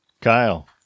Kyle